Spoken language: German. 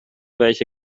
welche